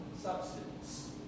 Substance